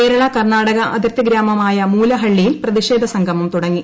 കേരള കർണ്ണാടക അതിർത്തി ഗ്രാമമായ മൂലഹള്ളിയിൽ പ്രതിഷേധ സംഗമം തുടങ്ങി